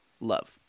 love